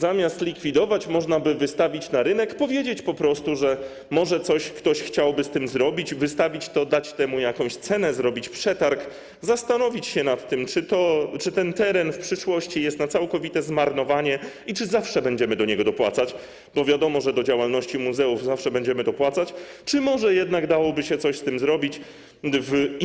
Zamiast likwidować, można by wystawić na rynek, powiedzieć po prostu, że może coś ktoś chciałby z tym zrobić, wystawić to, dać jakąś cenę, zrobić przetarg, zastanowić się nad tym, czy ten teren w przyszłości jest na całkowite zmarnowanie i czy zawsze będziemy do niego dopłacać - bo wiadomo, że do działalności muzeów zawsze będziemy dopłacać - czy może jednak dałoby się coś z tym zrobić właśnie w